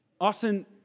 Austin